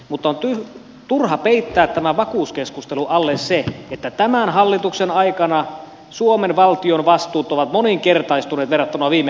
mutta on turha peittää tämän vakuuskeskustelun alle se että tämän hallituksen aikana suomen valtion vastuut ovat moninkertaistuneet verrattuna viime hallitukseen